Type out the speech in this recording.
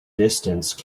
distance